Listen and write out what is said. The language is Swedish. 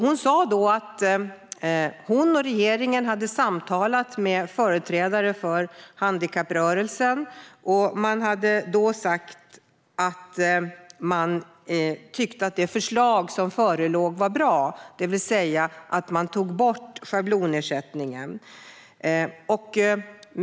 Hon sa då att hon och regeringen hade samtalat med företrädare för handikapprörelsen och att de då hade sagt att de tyckte att det förslag som förelåg var bra, det vill säga att schablonersättningen togs bort.